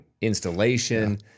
installation